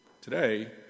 Today